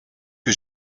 que